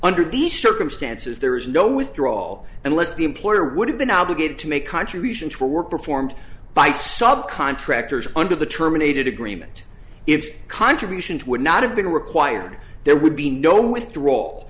under these circumstances there is no withdraw unless the employer would have been obligated to make contributions for work performed by sub contractors under the terminated agreement if the contributions would not have been required there would be no withdrawal